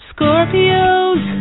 Scorpios